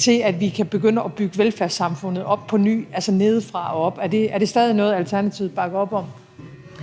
så vi kan begynde at bygge velfærdssamfundet op på ny, altså nedefra og op. Er det stadig noget, Alternativet bakker op om?